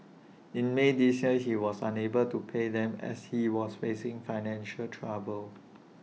in may this year he was unable to pay them as he was facing financial trouble